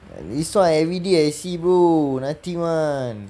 this [one] everyday I see bro nothing [one]